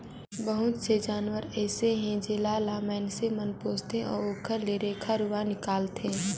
बहुत से जानवर अइसे हे जेला ल माइनसे मन पोसथे अउ ओखर ले रेखा रुवा निकालथे